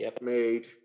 made